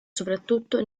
soprattutto